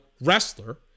wrestler